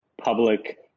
public